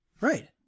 Right